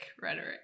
rhetoric